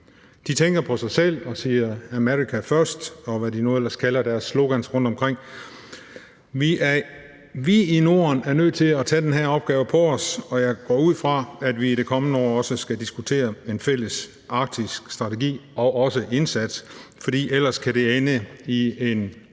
De tænker på sig selv og siger: America first, og hvad de nu ellers kalder deres slogans rundtomkring. Vi i Norden er nødt til at tage den her opgave på os, og jeg går ud fra, at vi i det kommende år også skal diskutere en fælles arktisk strategi og også indsats, fordi ellers kan det ende i en vild kamp